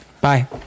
Bye